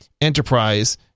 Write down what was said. enterprise